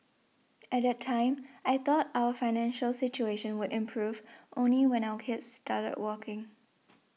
at that time I thought our financial situation would improve only when our kids started working